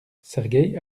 sergeï